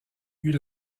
eut